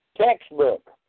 textbook